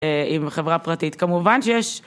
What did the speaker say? עם חברה פרטית כמובן שיש